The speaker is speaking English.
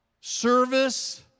service